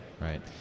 Right